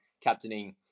captaining